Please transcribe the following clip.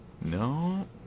No